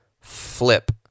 flip